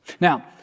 Now